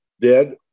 dead